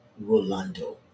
Rolando